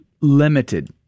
limited